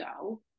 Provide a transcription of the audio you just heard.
go